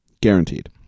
Guaranteed